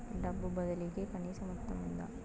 డబ్బు బదిలీ కి కనీస మొత్తం ఉందా?